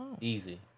Easy